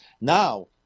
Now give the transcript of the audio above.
Now